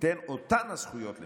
ייתן אותן הזכויות למיעוט.